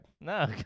No